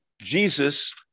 Jesus